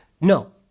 No